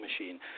machine